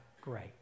great